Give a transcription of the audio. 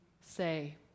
say